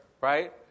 right